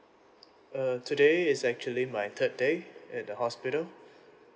err today is actually my third day at the hospital